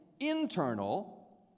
internal